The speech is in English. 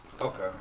Okay